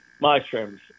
mushrooms